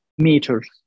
meters